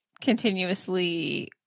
continuously